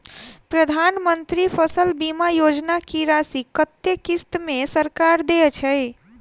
प्रधानमंत्री फसल बीमा योजना की राशि कत्ते किस्त मे सरकार देय छै?